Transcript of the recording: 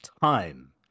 time